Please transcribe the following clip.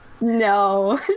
No